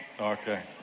Okay